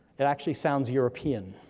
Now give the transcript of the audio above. it actually sounds european.